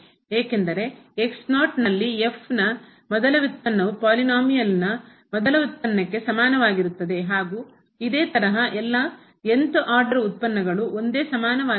ಏಕೆಂದರೆ ನಲ್ಲಿ ನ ಮೊದಲ ವ್ಯುತ್ಪನ್ನವು ಪಾಲಿನೋಮಿಯಲ್ನ ಬಹುಪದದ ಮೊದಲ ವ್ಯುತ್ಪನ್ನಕ್ಕೆ ಸಮಾನವಾಗಿರುತ್ತದೆ ಹಾಗೂ ಇದೇ ತರಹ ಎಲ್ಲಾ th ಆರ್ಡರ್ ಉತ್ಪನ್ನಗಳು ಒಂದೇ ಸಮಾನವಾಗಿರುತ್ತದೆ